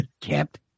Kept